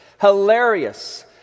Hilarious